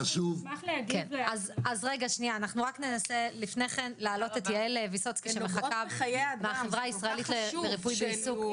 אנחנו ננסה להעלות את יעל ויסוצקי מהחברה הישראלית לריפוי בעיסוק שמחכה,